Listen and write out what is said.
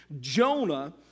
Jonah